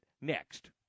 next